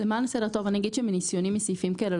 למען הסדר הטוב אני אומר שמניסיוני מסעיפים כאלה,